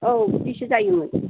औ बिदिसो जायोमोन